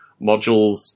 modules